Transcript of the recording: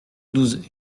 douze